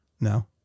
No